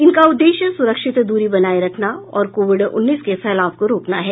इनका उद्देश्य सुरक्षित दूरी बनाए रखना और कोविड उन्नीस के फैलाव को रोकना है